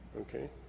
Okay